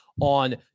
on